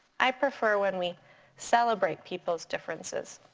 i prefer when we celebrate people's differences.